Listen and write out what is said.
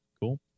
Cool